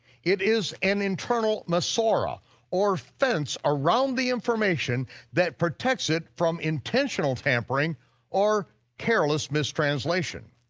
it is an internal masorah or fence around the information that protects it from intentional tampering or careless mistranslation.